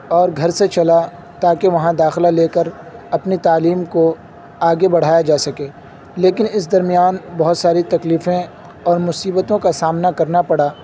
اور گھر سے چلا تاکہ وہاں داخلہ لے کر اپنی تعلیم کو آگے بڑھایا جا سکے لیکن اس درمیان بہت ساری تکلیفیں اور مصیبتوں کا سامنا کرنا پڑا